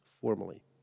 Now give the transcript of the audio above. formally